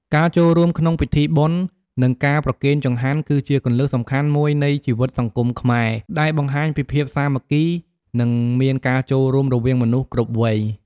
ការចូលរួមក្នុងពិធីបុណ្យ និងការប្រគេនចង្ហាន់ គឺជាគន្លឹះសំខាន់មួយនៃជីវិតសង្គមខ្មែរ ដែលបង្ហាញពីភាពសាមគ្គី និងមានការចូលរួមរវាងមនុស្សគ្រប់វ័យ។